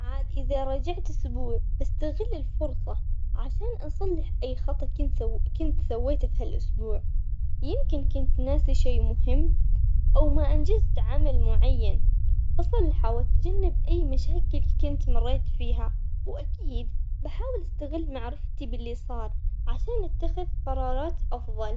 عاد إذا رجعت أسبوع بستغل الفرصة عشان أصلح أي خطأ كنت سو- كنت سويته في هالأسبوع، يمكن كنت ناسي شي مهم أو ما أنجزت عمل معين، بصلحه وأتجنب أي مشاكل كنت مريت فيها وأكيد بحاول أستغل معرفتي باللي صار عشان أتخذ قرارات أفضل.